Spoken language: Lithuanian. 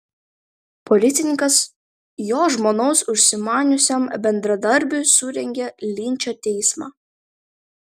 policininkas jo žmonos užsimaniusiam bendradarbiui surengė linčo teismą